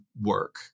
work